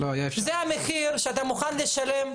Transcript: זה המחיר שאתה מוכן לשלם?